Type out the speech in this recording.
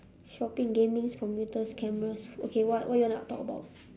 shopping gamings computers cameras okay what what you want to talk about